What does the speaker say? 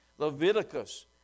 Leviticus